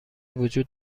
وجود